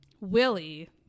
Willie